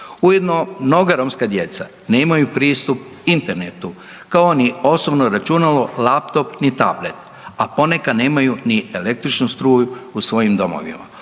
Ujedno mnoga romska djeca nemaju pristup internetu kao ni osobno računalo, laptop ni tablet, a ponekad nemaju ni električnu struju u svojim domovima.